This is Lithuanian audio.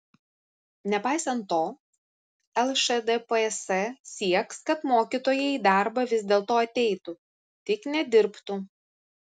nepaisant to lšdps sieks kad mokytojai į darbą vis dėlto ateitų tik nedirbtų